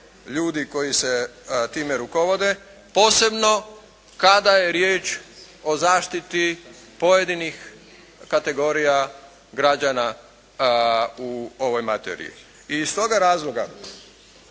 ljudi koji se time rukovode, posebno kada je riječ o zaštiti pojedinih kategorija građana u ovoj materiji. I iz toga razloga